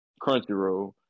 Crunchyroll